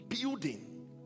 building